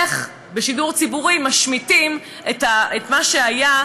איך בשידור ציבורי משמיטים את מה שהיה,